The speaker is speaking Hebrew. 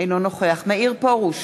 אינו נוכח מאיר פרוש,